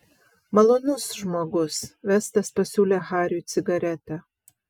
malonus žmogus vestas pasiūlė hariui cigaretę